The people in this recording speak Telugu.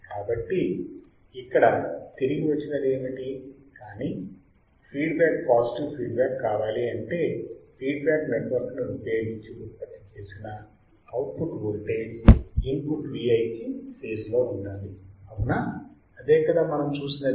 కాబట్టి ఇక్కడ తిరిగి వచ్చినది ఏమిటి కానీ feedback positive feedback కావాలి అంటే ఫీడ్ బ్యాక్ నెట్వర్క్ ని ఉపయోగించి ఉత్పత్తి చేసిన output voltage input Vi కి ఫేజ్ లో ఉండాలి అవునా అదే కదా మనము చూసినది